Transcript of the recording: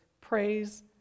Praise